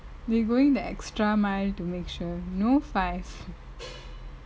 they going the extra mile to make sure no five